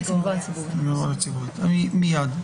מיד.